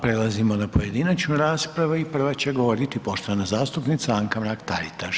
Prelazimo na pojedinačnu raspravu i prva će govoriti poštovana zastupnica Anka Mrak Taritaš.